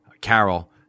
Carol